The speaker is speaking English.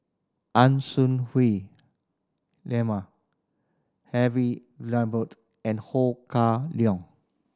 Ang Swee Hui Henry and Ho Kah Leong